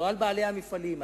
לא על בעלי המפעלים,